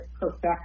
perfect